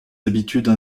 habitudes